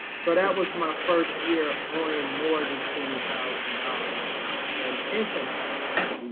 so that was my first year owing more than twenty thousand dollars and income taxes.